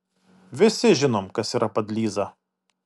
visi žinom kas yra padlyza